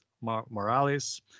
Morales